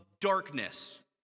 darkness